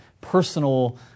personal